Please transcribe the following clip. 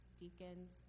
deacons